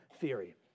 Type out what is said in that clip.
theory